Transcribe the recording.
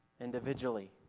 individually